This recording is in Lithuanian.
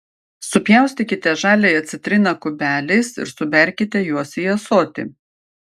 supjaustykite žaliąją citriną kubeliais ir suberkite juos į ąsotį